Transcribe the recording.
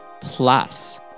plus